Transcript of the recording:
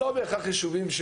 לא בהכרח יישובים,